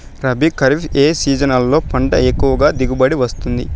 రబీ, ఖరీఫ్ ఏ సీజన్లలో పంట ఎక్కువగా దిగుబడి వస్తుంది